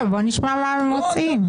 מי נגד?